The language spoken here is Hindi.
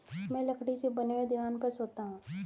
मैं लकड़ी से बने हुए दीवान पर सोता हूं